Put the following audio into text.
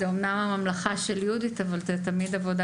זו אומנם הממלכה של יהודית אבל זו תמיד עבודה